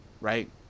Right